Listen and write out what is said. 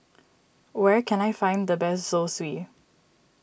where can I find the best Zosui